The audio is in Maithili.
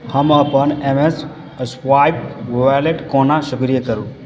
हम अपन एम एस स्वाइप वॉलेट कोना सक्रिय करू